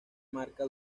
marca